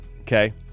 okay